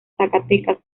zacatecas